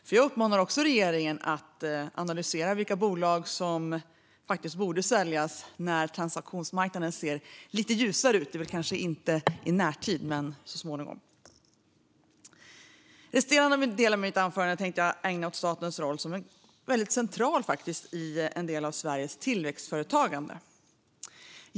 Även jag uppmanar regeringen att analysera vilka bolag som faktiskt borde säljas när transaktionsmarknaden ser lite ljusare ut, kanske inte i närtid men så småningom. Resterande del av mitt anförande tänkte jag ägna åt statens roll som är en väldigt central del i Sveriges tillväxtföretagande.